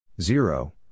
Zero